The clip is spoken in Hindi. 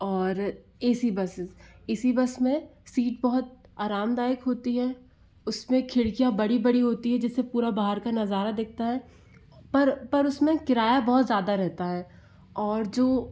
और A C bus A C bus में सीट बहुत आरामदायक होती है उसमें खिड़कियां बड़ी बड़ी होती है जिसे पूरा बाहर का नजारा दिखता है पर पर उसमें किराया बहुत ज़्यादा रहता है और जो